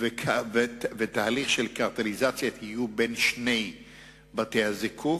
ויהיה תהליך של קרטליזציה בין שני בתי-הזיקוק,